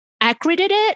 accredited